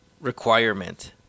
requirement